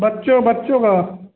बच्चों बच्चों का